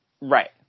Right